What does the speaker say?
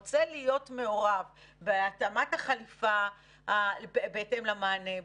הצבא רוצה להיות מעורב בהתאמת החליפה בהתאם למענה,